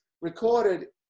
recorded